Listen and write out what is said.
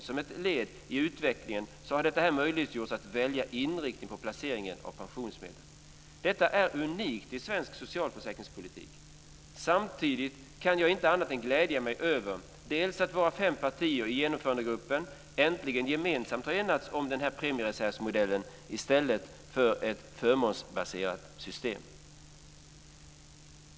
Som ett led i utvecklingen har ett val av inriktning på placeringen av pensionsmedlen möjliggjorts. Detta är unikt i svensk socialförsäkringspolitik. Samtidigt kan jag inte annat än glädja mig över att våra fem partier i Genomförandegruppen äntligen gemensamt har enats om premiereservsmodellen i stället för ett förmånsbaserat system.